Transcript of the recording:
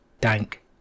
dank